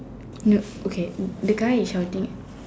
no okay the guy is shouting